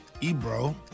Ebro